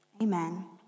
Amen